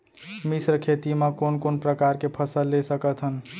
मिश्र खेती मा कोन कोन प्रकार के फसल ले सकत हन?